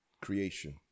creation